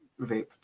vape